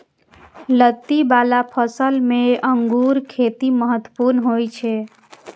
लत्ती बला फसल मे अंगूरक खेती महत्वपूर्ण होइ छै